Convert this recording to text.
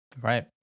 Right